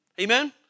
Amen